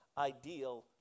ideal